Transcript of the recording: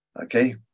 Okay